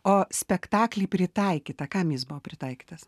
o spektaklį pritaikytą kam jis buvo pritaikytas